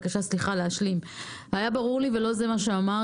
היה ברור לי ולא זה מה שאמרתי,